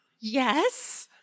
Yes